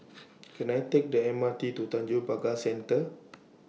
Can I Take The M R T to Tanjong Pagar Center